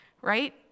right